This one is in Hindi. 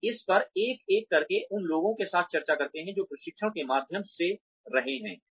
हम इस पर एक एक करके उन लोगों के साथ चर्चा करते हैं जो प्रशिक्षण के माध्यम से रहे हैं